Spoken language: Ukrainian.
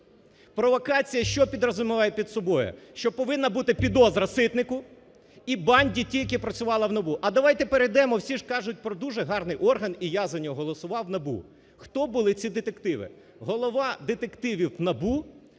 Провокація, що підрозуміває під собою? Що повинна бути підозра Ситнику і банді тій, яка працювала в НАБУ. А давайте перейдемо, всі ж кажуть за дуже гарний орган і я за нього голосував – НАБУ. Хто були ці детективи? Голова детективів НАБУ